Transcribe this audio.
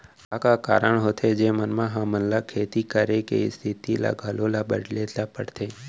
का का कारण होथे जेमन मा हमन ला खेती करे के स्तिथि ला घलो ला बदले ला पड़थे?